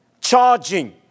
Charging